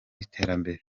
iterambere